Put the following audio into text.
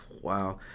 Wow